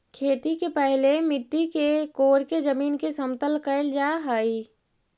खेती के पहिले मिट्टी के कोड़के जमीन के समतल कैल जा हइ